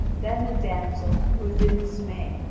then the damsel, who is in dismay,